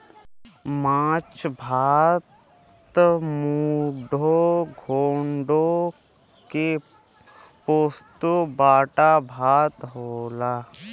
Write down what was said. माछ भात मुडो घोन्टो के पोस्तो बाटा भात होला